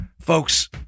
Folks